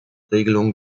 regelung